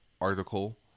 article